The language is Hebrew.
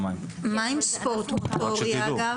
מה עם ספורט מוטורי, אגב?